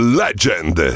legend